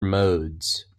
modes